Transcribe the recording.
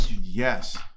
yes